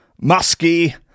musky